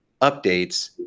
updates